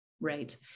Right